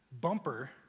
bumper